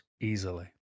easily